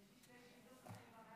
יש לי שתי שאילתות.